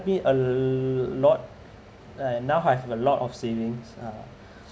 me a lot like now I've a lot of savings uh